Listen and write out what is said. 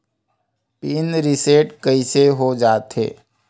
Pin reset कइसे हो जाथे?